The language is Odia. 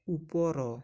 ଉପର